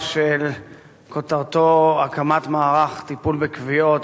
שכותרתו "הקמת מערך טיפול בכוויות",